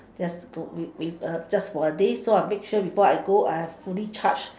yes good with with a just for a day so I make sure before I go I have fully charged